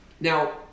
now